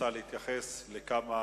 שרצה להתייחס לכמה